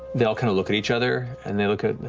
they all kind of look at each other, and they look at.